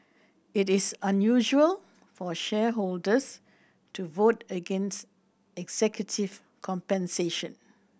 it is unusual for shareholders to vote against executive compensation